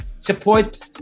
Support